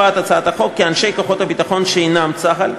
הצעת החוק קובעת כי אנשי כוחות הביטחון שאינם צה"ל,